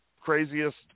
craziest